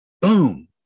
Boom